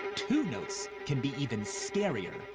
two notes can be even scarier,